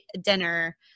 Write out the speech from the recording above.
dinner